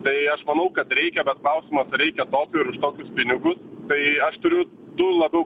tai aš manau kad reikia bet klausimas reikia tokio ir už tokius pinigus tai aš turiu du labiau